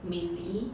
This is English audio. mainly